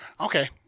Okay